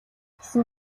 гэсэн